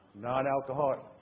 Non-alcoholic